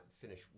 finish